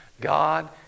God